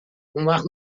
اونوقت